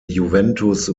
juventus